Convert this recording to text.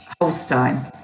Holstein